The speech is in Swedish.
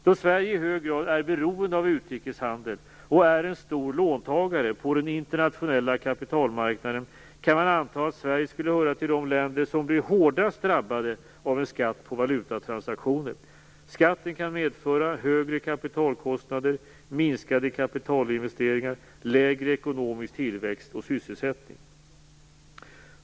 Då Sverige i hög grad är beroende av utrikeshandel och är en stor låntagare på den internationella kapitalmarknaden, kan man anta att Sverige skulle höra till de länder som blir hårdast drabbade av en skatt på valutatransaktioner. Skatten kan medföra högre kapitalkostnader, minskade kapitalinvesteringar, lägre ekonomisk tillväxt och sysselsättning.